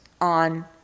on